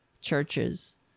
churches